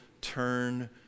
turn